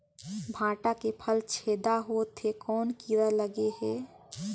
भांटा के फल छेदा होत हे कौन कीरा लगे हे?